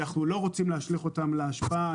אנחנו לא רוצים להשליך אותם לאשפה,